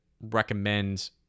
recommend